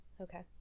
Okay